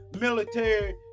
military